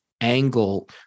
angle